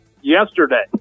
yesterday